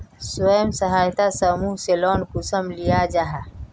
स्वयं सहायता समूह से लोन कुंसम लिया जाहा?